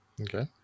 okay